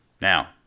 Now